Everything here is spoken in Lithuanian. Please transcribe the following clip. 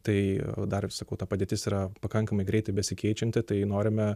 tai dar ir sakau ta padėtis yra pakankamai greitai besikeičianti tai norime